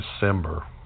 December